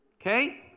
Okay